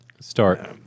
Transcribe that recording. Start